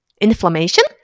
Inflammation